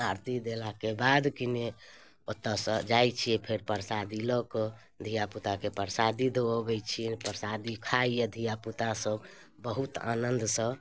आरती देलाके बाद कि ने ओतऽसँ जाइ छिए फेर परसादी लऽ कऽ धिआपुताके परसादी दऽ अबै छिअनि परसादी खाइए धिआपुतासब बहुत आनन्दसँ